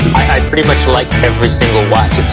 i pretty much like every single watch,